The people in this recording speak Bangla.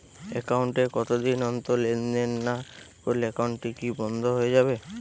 একাউন্ট এ কতদিন অন্তর লেনদেন না করলে একাউন্টটি কি বন্ধ হয়ে যাবে?